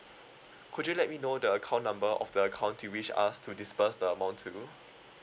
could you let me know the account number of the account you wish us to disperse the amount to